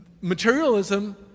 materialism